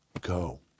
go